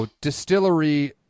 distillery